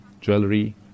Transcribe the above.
jewelry